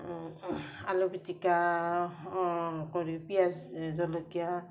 আলু পিটিকা কৰি পিঁয়াজ জলকীয়া